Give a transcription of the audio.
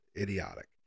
idiotic